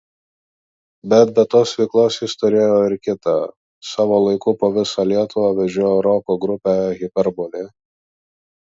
bet be tos veiklos jis turėjo ir kitą savo laiku po visą lietuvą vežiojo roko grupę hiperbolė